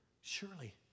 Surely